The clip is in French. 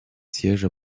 siège